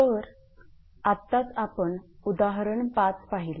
तर आत्ताच आपण उदाहरण 5 पाहिले